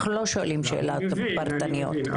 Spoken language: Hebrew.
אני מבין.